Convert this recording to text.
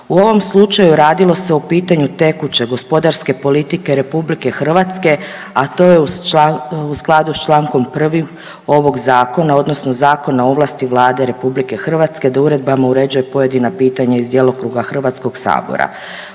U ovom slučaju radilo se o pitanju tekuće gospodarske politike RH, a to je u skladu s čl. 1. ovog zakona odnosno Zakona o ovlasti Vlade RH da uredbama uređuje pojedina pitanja iz djelokruga HS. U toj